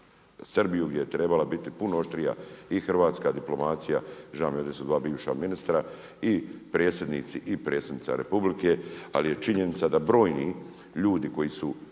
Srbiju gdje je trebala biti puno oštrija i hrvatska diplomacija. Žao mi je, ovdje su dva bivša ministra i predsjednici i predsjednica Republike. Ali je činjenica da brojni ljudi koji su